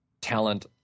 talent